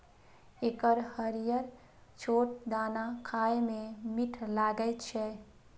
एकर हरियर छोट दाना खाए मे मीठ लागै छै